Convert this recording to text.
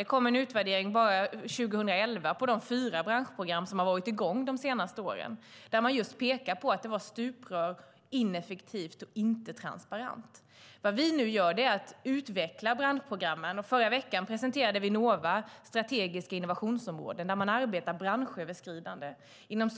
Det kom en utvärdering 2011 av de fyra branschprogram som har varit i gång under de senaste åren där man just pekar på att det var stuprör, ineffektivt och inte transparent. Vad vi nu gör är att utveckla branschprogrammen. Förra veckan presenterade Vinnova strategiska innovationsområden där man arbetar branschöverskridande inom